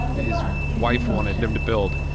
his wife wanted him to build.